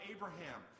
Abraham